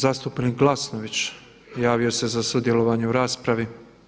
Zastupnik Glasnović javio se za sudjelovanje u raspravi.